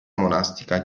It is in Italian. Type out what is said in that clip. monastica